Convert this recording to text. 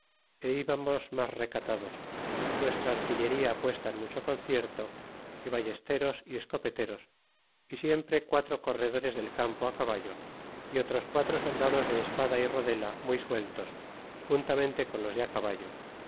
é íbamos mas relante catados nuestra artillería puesta en mucho concierto y ballesteros y escopeteros y siempre quatro corredores del campo caballo y otros quatro soldados de espada y rodela muy sueltos juntamente con los de caballo